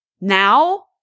now